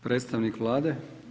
Predstavnika Vlade?